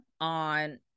on